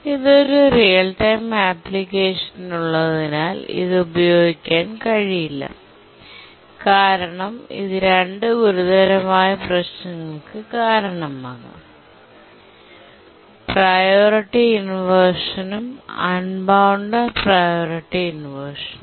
ഇത് ഒരു real time അപ്ലിക്കേഷനിൽ ഉള്ളതിനാൽ ഇത് ഉപയോഗിക്കാൻ കഴിയില്ല ഇത് രണ്ട് ഗുരുതരമായ പ്രശ്നങ്ങൾക്ക് കാരണമാകാം priority inversion unbounded priority inversion